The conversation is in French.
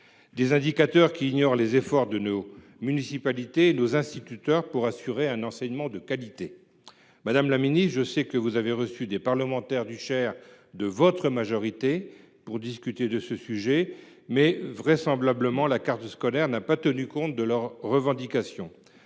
tels indicateurs ignorent les efforts de nos municipalités et de nos instituteurs pour assurer un enseignement de qualité. Madame la ministre, je sais que Mme Belloubet a reçu des parlementaires du Cher de votre majorité pour discuter de ce sujet. Or, selon toute vraisemblance, la carte scolaire n’a pas tenu compte de leurs revendications.